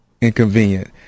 Inconvenient